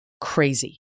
crazy